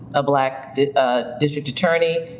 a black ah district attorney,